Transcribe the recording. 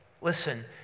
Listen